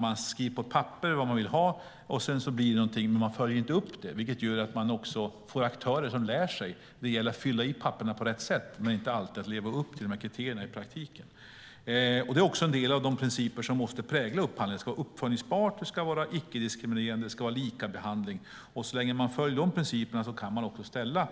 Man skriver på papper vad man vill ha, men sedan följer man inte alltid upp vad det blir av det. Det leder till att aktörer lär sig att det gäller att fylla i papperen på rätt sätt, men de lever inte alltid upp till kriterierna i praktiken. En del av de principer som måste prägla upphandlingar är att det ska vara uppföljningsbart, det ska vara icke-diskriminerande och det ska vara likabehandling. Så länge man följer de principerna kan man också ställa